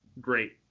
great